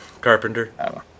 Carpenter